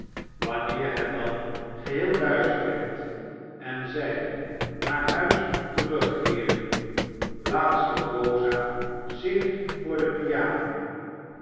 wanneer het dan geheel duister werd en zij naar huis terugkeerden plaatste rosa zich voor de piano